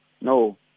No